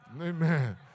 Amen